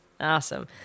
Awesome